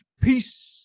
Peace